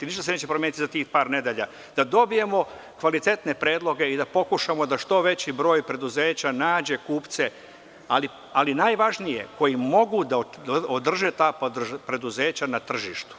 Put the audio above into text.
Ništa se neće promeniti za tih par nedelja, da dobijemo kvalitetne predloge i da pokušamo da što veći broj preduzeća nađe kupce, ali je najvažnije da budu oni koji mogu da održe ta preduzeća na tržištu.